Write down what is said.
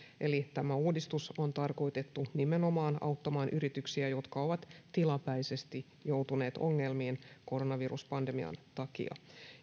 eli tämä uudistus on tarkoitettu nimenomaan auttamaan yrityksiä jotka ovat tilapäisesti joutuneet ongelmiin koronaviruspandemian takia